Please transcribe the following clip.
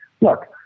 Look